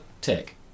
tick